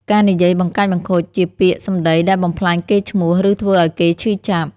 ការនិយាយបង្កាច់បង្ខូចជា ពាក្យសម្ដីដែលបំផ្លាញកេរ្តិ៍ឈ្មោះ ឬធ្វើឲ្យគេឈឺចាប់។